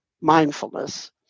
mindfulness